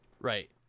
Right